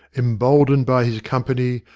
em boldened by his company,